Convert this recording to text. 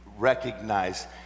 recognize